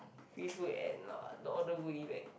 free food and all the goodie bag